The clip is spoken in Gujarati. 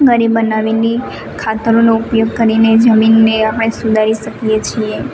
ઘરે બનાવેલી ખાતરનો ઉપયોગ કરીને જમીનને આપણે સુધારી શકીએ છીએ